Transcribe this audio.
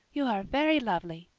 you are very lovely,